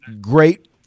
great